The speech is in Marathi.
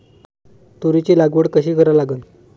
तुरीची लागवड कशी करा लागन?